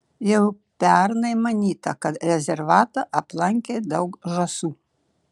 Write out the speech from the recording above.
jau pernai manyta kad rezervatą aplankė daug žąsų